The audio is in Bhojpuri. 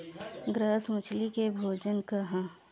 ग्रास मछली के भोजन का ह?